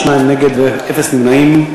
שניים נגד ובלי נמנעים,